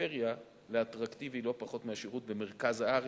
בפריפריה לאטרקטיבי לא פחות מהשירות במרכז הארץ.